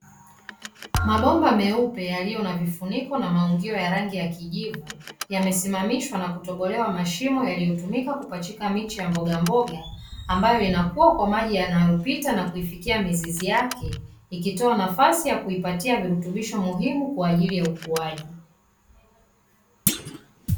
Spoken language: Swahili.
Mabomba meupe yaliyo na vifuniko na maungio ya rangi ya kijivu, yamesimamishwa na kutobolewa mashimo, yaliyo tumika kupachika miche ya mboga mboga, ambayo inakua kwa maji yanayo pita na kuifikia mizizi yake. Ikitoa nafasi ya kuipatia virutubisho muhimu kwa ajili ya ukuaji.